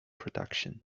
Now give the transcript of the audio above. production